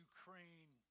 Ukraine